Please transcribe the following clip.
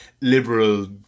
liberal